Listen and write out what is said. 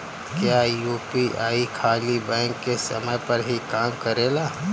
क्या यू.पी.आई खाली बैंक के समय पर ही काम करेला?